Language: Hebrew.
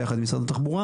ביחד עם משרד התחבורה,